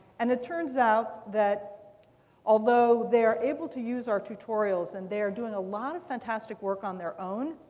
and it turns out that although they are able to use our tutorials, and they are doing a lot of fantastic work on their own,